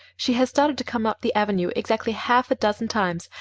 she has started to come up the avenue exactly half a dozen times,